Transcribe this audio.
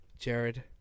Jared